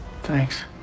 Thanks